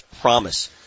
promise